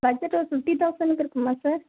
budget ஒரு fifty தௌசணுக்கு இருக்குமா சார்